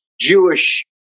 Jewish